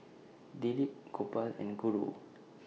Dilip Gopal and Guru